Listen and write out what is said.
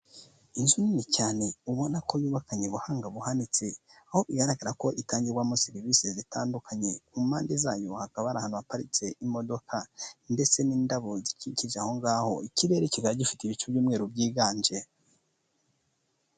Inzu nini cyane ubona ko yubakanye ubuhanga buhanitse, aho igaragara ko itangirwamo serivise zitandukanye, mu mpande zayo hakaba hari ahantu haparitse imodoka ndetse n'indabo zikikije aho ngaho, ikirere kizaba gifite ibicu by'umweru byiganje.